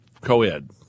co-ed